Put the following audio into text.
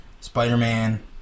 Spider-Man